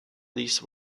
these